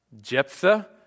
Jephthah